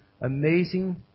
amazing